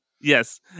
Yes